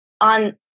on